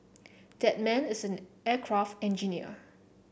that man is an aircraft engineer